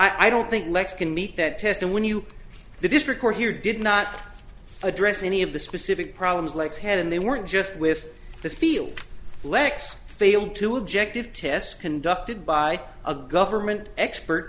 i don't think lex can meet that test and when you the district court here did not address any of the specific problems like head and they weren't just with the field lex failed to objective tests conducted by a government expert